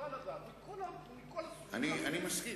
אני מסכים.